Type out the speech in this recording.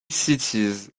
cities